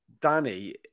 Danny